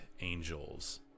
angels